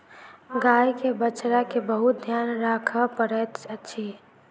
गाय के बछड़ा के बहुत ध्यान राखअ पड़ैत अछि